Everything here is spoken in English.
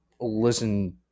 listen